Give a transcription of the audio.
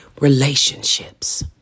relationships